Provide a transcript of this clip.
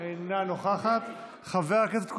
אינה נוכחת, חבר הכנסת קושניר,